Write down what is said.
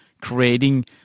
creating